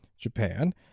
Japan